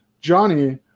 Johnny